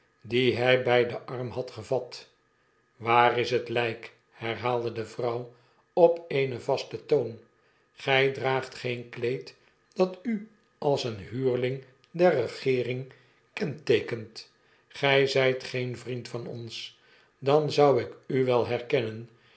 die hy bij den arm had gevat waar is het jjk herhaalde de vrouw op eenen vasten toon gij draagt geen kleed dat u als een huurling der regeering kenteekent gy zijt geen vriend van ons dan zou ik u wel herkennen